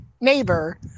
neighbor